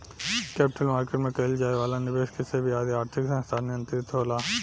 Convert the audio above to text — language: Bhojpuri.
कैपिटल मार्केट में कईल जाए वाला निबेस के सेबी आदि आर्थिक संस्थान नियंत्रित होला